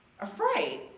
afraid